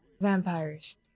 vampires